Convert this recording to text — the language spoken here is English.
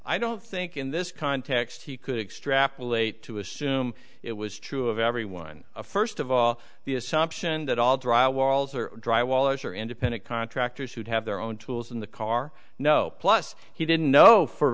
i don't think in this context he could extrapolate to assume it was true of everyone first of all the assumption that all dry walls are dry wallers are independent contractors who have their own tools in the car no plus he didn't know for